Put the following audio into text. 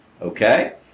Okay